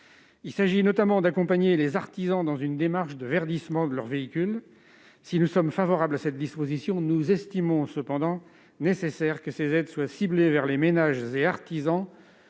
Il s'agit notamment d'accompagner les artisans dans une démarche de verdissement de leurs véhicules. Si nous sommes favorables à cette disposition, nous jugeons nécessaire que ces aides soient ciblées au profit des ménages et artisans